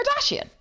Kardashian